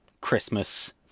Christmas